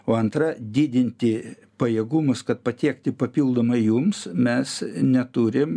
o antra didinti pajėgumus kad patiekti papildomai jums mes neturim